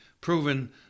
proven